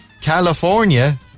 California